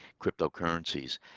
cryptocurrencies